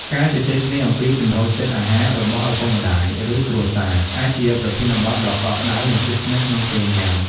ការជជែកគ្នាអំពីចំណូលចិត្តអាហាររបស់ឪពុកម្ដាយ ឬគ្រួសារ អាចជាប្រធានបទដ៏កក់ក្ដៅ និងជិតស្និទ្ធក្នុងពេលញ៉ាំ។